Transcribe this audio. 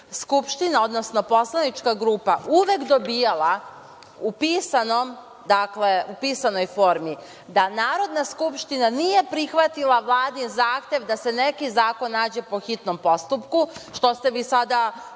Skupština, odnosno poslanička grupa uvek dobijala u pisanoj formi da Narodna skupština nije prihvatila Vladin zahtev da se neki zakon nađe po hitnom postupku, što ste vi sada prestali